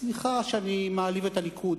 סליחה שאני מעליב את הליכוד,